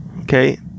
okay